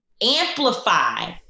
amplify